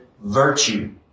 Virtue